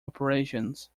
operations